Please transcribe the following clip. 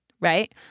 right